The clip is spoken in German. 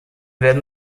werden